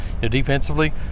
Defensively